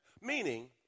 Meaning